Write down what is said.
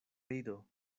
rido